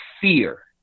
fear